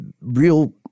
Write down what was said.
Real